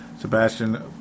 Sebastian